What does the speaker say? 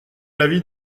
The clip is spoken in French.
l’avis